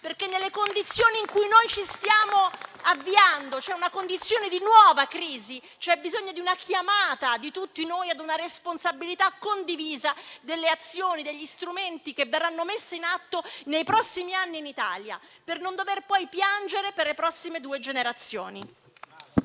perché nella condizione di nuova crisi in cui ci stiamo avviando c'è bisogno di una chiamata di tutti noi ad una responsabilità condivisa delle azioni e degli strumenti che verranno messi in campo nei prossimi anni in Italia, per non dover poi piangere per le prossime due generazioni.